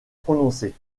prononcée